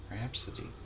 Rhapsody